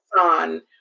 on